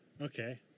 Okay